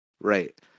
Right